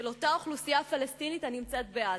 של אותה אוכלוסייה פלסטינית הנמצאת בעזה.